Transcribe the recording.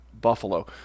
Buffalo